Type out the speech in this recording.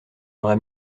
aurait